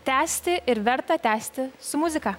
tęsti ir verta tęsti su muzika